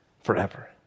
Forever